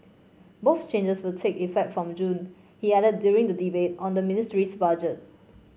both changes will take effect from June he added during the debate on the ministry's budget